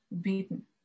beaten